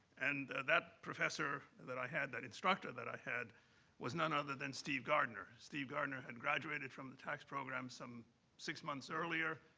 and that professor that i had, that instructor that i had was none other than steve gardner. steve gardner had graduated from the tax program some six months earlier,